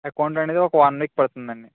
account అనేది ఒక one week పడుతుందండి